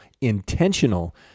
intentional